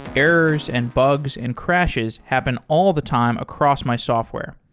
errors, and bugs, and crashes happen all the time across my software.